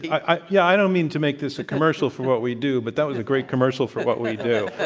i yeah i don't mean to make this a commercial for what we do, but that was a great commercial for what we do.